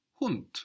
Hund